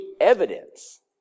evidence